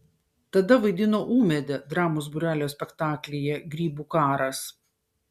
tada vaidino ūmėdę dramos būrelio spektaklyje grybų karas